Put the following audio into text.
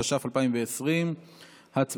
התש"ף 2020. הצבעה.